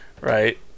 right